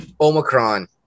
Omicron